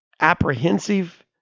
apprehensive